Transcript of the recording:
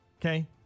okay